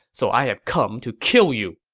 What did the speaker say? so i have come to kill you!